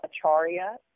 Acharya